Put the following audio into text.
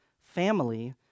family